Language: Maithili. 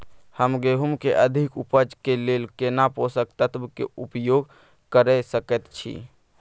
हम गेहूं के अधिक उपज के लेल केना पोषक तत्व के उपयोग करय सकेत छी?